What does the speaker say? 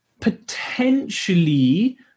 potentially